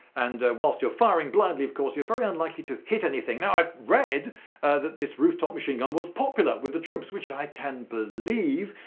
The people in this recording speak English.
and whilst you're firing blindly, of course you're very unlikely to hit anything. now i've read that this rooftop machine gun was popular with the troops, which i can believe.